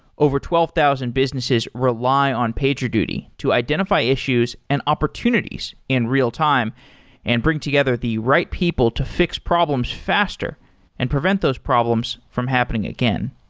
over twelve thousand businesses rely on pagerduty to identify issues and opportunities in real time and bring together the right people to fix problems faster and prevent those problems from happening again.